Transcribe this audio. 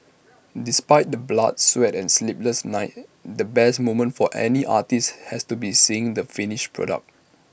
despite the blood sweat and sleepless nights the best moment for any artist has to be seeing the finished product